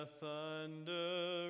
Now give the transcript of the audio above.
thunder